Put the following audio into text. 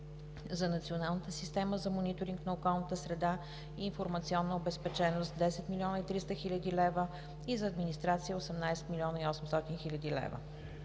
за Националната система за мониторинг на околната среда и информационна обезпеченост – 10 млн. 300 хил. лв., и за администрация – 18 млн. 800 хил. лв.